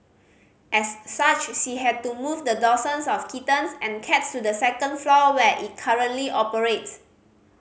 as such she had to move the dozens of kittens and cats to the second floor where it currently operates